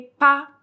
pas